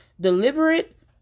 deliberate